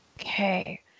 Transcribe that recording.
Okay